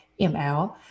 ML